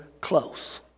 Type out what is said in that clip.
close